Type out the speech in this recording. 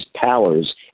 powers